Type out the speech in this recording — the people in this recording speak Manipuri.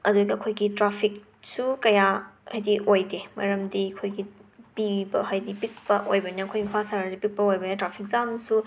ꯑꯗꯨꯒ ꯑꯩꯈꯣꯏꯒꯤ ꯇ꯭ꯔꯥꯐꯤꯛꯁꯨ ꯀꯌꯥ ꯍꯥꯏꯗꯤ ꯑꯣꯏꯗꯦ ꯃꯔꯝꯗꯤ ꯑꯩꯈꯣꯏꯒꯤ ꯄꯤꯕ ꯍꯥꯏꯗꯤ ꯄꯤꯛꯄ ꯑꯣꯏꯕꯅꯤꯅ ꯑꯩꯈꯣꯏ ꯏꯝꯐꯥꯜ ꯁꯍꯔꯁꯦ ꯄꯤꯛꯄ ꯑꯣꯏꯕꯅꯤꯅ ꯇ꯭ꯔꯥꯐꯤꯛ ꯖꯥꯝꯁꯨ